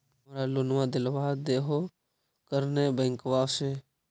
हमरा लोनवा देलवा देहो करने बैंकवा से?